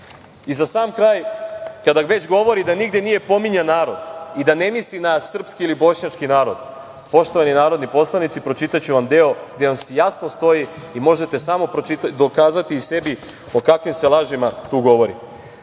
sam kraj, kada već govori da nigde nije pominjan narod i da ne misli na srpski ili bošnjački narod, poštovani narodni poslanici, pročitaću vam deo gde jasno stoji i možete sami dokazati sebi o kakvim se lažima tu govori.